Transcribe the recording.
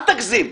אל תגזים.